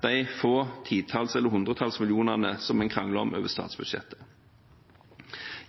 de få titalls eller hundretalls millionene som man krangler om over statsbudsjettet.